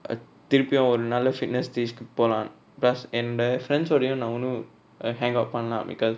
uh திருப்பியு ஒரு நாலு:thiruppiyu oru naalu fitness stage கு போலா:ku pola plus என்ட:enda friends ஓடயு நா ஒன்னு:odayu na onnu err hang up பன்லா:panla because